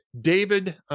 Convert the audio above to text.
David